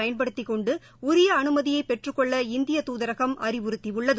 பயன்படுத்திக் கொண்டு உரிய அனுமதியை பெற்றுக் கொள்ள இந்திய துதரகம் அறிவுறுத்தியுள்ளது